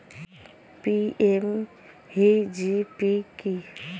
PMEGP কি?